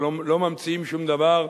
אנחנו לא ממציאים שום דבר,